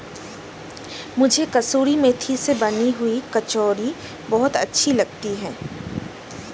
मुझे कसूरी मेथी से बनी हुई कचौड़ी बहुत अच्छी लगती है